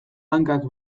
hankak